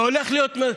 מי זה?